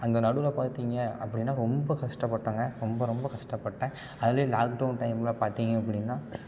அந்த நடுவில் பார்த்தீங்க அப்படின்னா ரொம்ப கஷ்டப்பட்டேங்க ரொம்ப ரொம்ப கஷ்டப்பட்டேன் அதுலேயும் லாக்டவுன் டைமில் பார்த்தீங்க அப்படின்னா